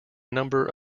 number